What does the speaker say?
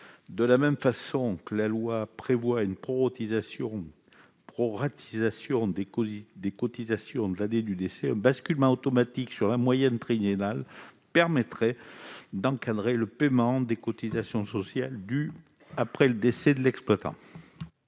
De la même façon que la loi prévoit une proratisation des cotisations l'année du décès, un basculement automatique sur la moyenne triennale permettrait d'encadrer le paiement des cotisations sociales dues après le décès de l'exploitant.